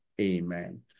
Amen